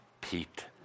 Pete